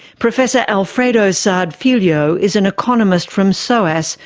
professor alfredo saad-filho is an economist from soas,